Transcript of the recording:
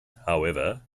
however